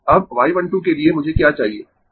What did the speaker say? अब y 1 2 के लिए मुझे क्या चाहिए